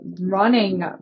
running